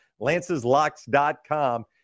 Lance'sLocks.com